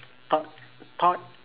thought thought